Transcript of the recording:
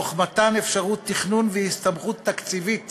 תוך מתן אפשרות תכנון והסתמכות תקציבית